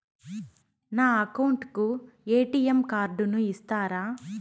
నా అకౌంట్ కు ఎ.టి.ఎం కార్డును ఇస్తారా